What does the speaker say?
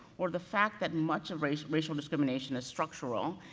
or the fact that much of racial racial discrimination is structural,